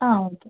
ആ ഓക്കെ